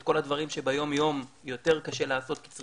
את כל הדברים שביום יום יותר קשה לעשות כי,